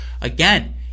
again